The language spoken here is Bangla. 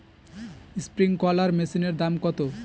স্প্রিংকলার মেশিনের দাম কত?